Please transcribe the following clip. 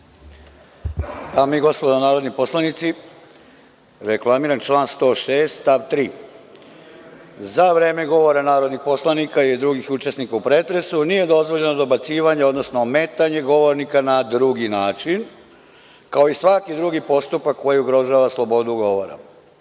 Dame i gospodo narodni poslanici, reklamiram član 106. stav 3: „Za vreme govora narodnih poslanika i drugih učesnika u pretresu nije dozvoljeno dobacivanje, odnosno ometanje govornika na drugi način, kao i svaki drugi postupak koji ugrožava slobodu govora.“Član